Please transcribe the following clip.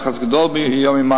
לחץ גדול יום-יומיים,